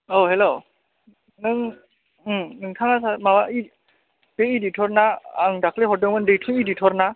औ हेल्ल' नों नोंथाङा माबा बे एडिट'र ना आं दाखालि हरदोंमोन दैथुन एडिट'र ना